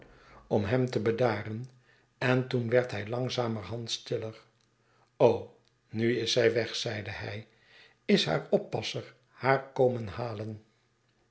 om hem te bedaren en toen werd hij langzamerhand stiller nu is zij weg zeide hij is haar oppasser haar komen halen